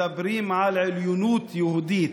וטלי,